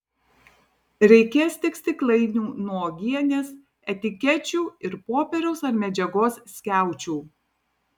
reikės tik stiklainių nuo uogienės etikečių ir popieriaus ar medžiagos skiaučių